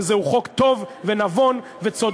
זהו חוק טוב ונבון וצודק.